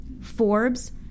Forbes